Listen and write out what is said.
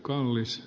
kannatan